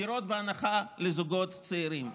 דירות בהנחה לזוגות צעירים.